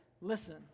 listen